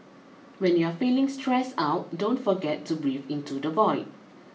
when you are feeling stressed out don't forget to breathe into the void